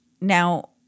now